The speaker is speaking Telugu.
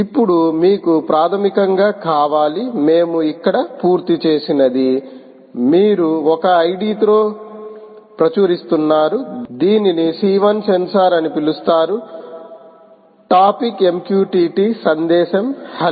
ఇప్పుడు మీకు ప్రాథమికంగా కావాలి మేము ఇక్కడ పూర్తి చేసినది మీరు ఒక ID తో ప్రచురిస్తున్నారు దీనిని C 1 సెన్సార్ అని పిలుస్తారు టాపిక్ MQTT సందేశం హలో